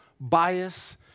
bias